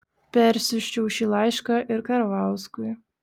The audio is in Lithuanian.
persiųsčiau šį laišką ir karvauskui